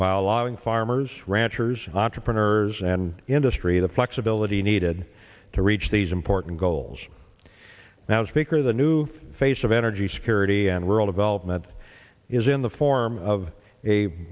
allowing farmers ranchers entrepreneurs and industry the flexibility needed to reach these important goals now speaker the new face of energy security and rural development is in the form of a